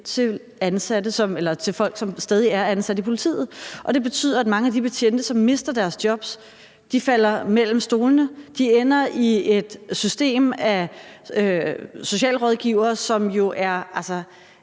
kun kan yde hjælp til folk, som stadig er ansat i politiet. Og det betyder, at mange af de betjente, som mister deres jobs, falder ned mellem stolene; de ender i et system af socialrådgivere, hvis